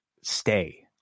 stay